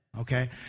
okay